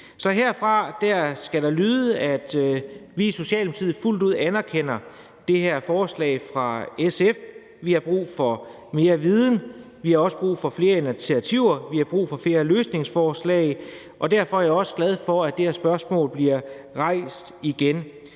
Så herfra skal der lyde, at vi i Socialdemokratiet fuldt ud anerkender det her forslag fra SF. Vi har brug for mere viden, vi har også brug for flere initiativer, og vi har brug for flere løsningsforslag. Og derfor er jeg også glad for, at det her spørgsmål bliver rejst igen.